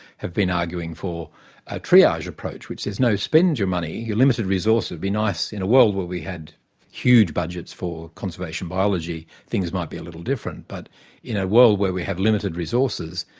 have been arguing for a triage approach, which says, no, spend your money, your limited resource, would be nice in a world where we had huge budgets for conservation biology, things might be a little different, but in a world where we have limited resources,